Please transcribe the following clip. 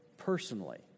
personally